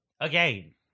Again